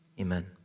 Amen